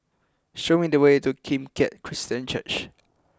show me the way to Kim Keat Christian Church